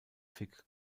fick